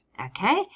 Okay